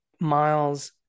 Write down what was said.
Miles